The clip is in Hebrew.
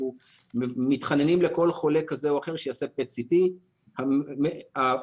אנחנו מתחננים לכל חולה כזה או אחר שיעשה PET CT. מסייע